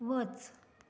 वच